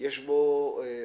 אומרים הוא נכון.